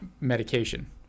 medication